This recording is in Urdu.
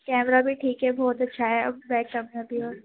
کیمرہ بھی ٹھیک ہے بہت اچھا ہے اور بیک کمیرہ بھی اور